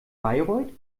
bayreuth